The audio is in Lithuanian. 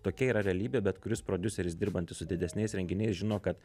tokia yra realybė bet kuris prodiuseris dirbantis su didesniais renginiais žino kad